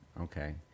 Okay